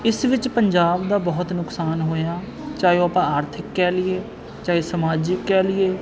ਇਸ ਵਿੱਚ ਪੰਜਾਬ ਦਾ ਬਹੁਤ ਨੁਕਸਾਨ ਹੋਇਆ ਚਾਹੇ ਉਹ ਆਪਾਂ ਆਰਥਿਕ ਕਹਿ ਲਈਏ ਚਾਹੇ ਸਮਾਜਿਕ ਕਹਿ ਲਈਏ